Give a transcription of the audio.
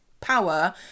power